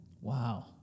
wow